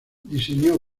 diseñó